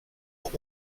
but